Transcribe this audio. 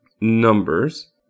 numbers